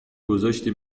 گذاشتی